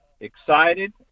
excited